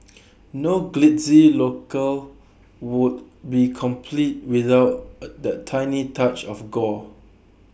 no glitzy locale would be complete without A the tiny touch of gore